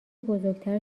بزرگتر